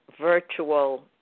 virtual